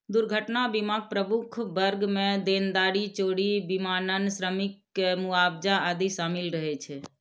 दुर्घटना बीमाक प्रमुख वर्ग मे देनदारी, चोरी, विमानन, श्रमिक के मुआवजा आदि शामिल रहै छै